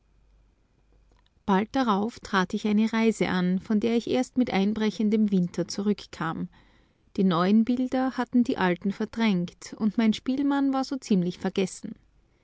bald darauf trat ich eine reise an von der ich erst mit einbrechendem winter zurückkam die neuen bilder hatten die alten verdrängt und mein spielmann war so ziemlich vergessen